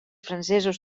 francesos